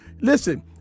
listen